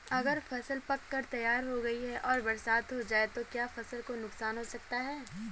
अगर फसल पक कर तैयार हो गई है और बरसात हो जाए तो क्या फसल को नुकसान हो सकता है?